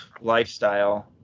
lifestyle